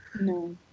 no